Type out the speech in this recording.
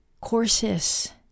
courses